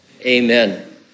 amen